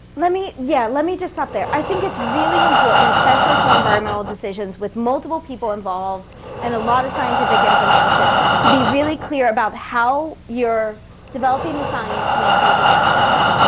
let me, yeah, let me just stop there. i think it's really important especially for environmental decisions with multiple people involved and a lot of scientific information to be really clear about how you're developing the science to make these assessments,